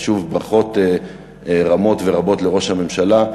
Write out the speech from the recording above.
אז שוב, ברכות רמות ורבות לראש הממשלה.